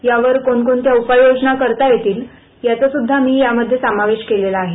त्यावर कोणकोणत्या उपाययोजना करता येतील याचा सुद्धा मी यामध्ये समावेश केलेला आहे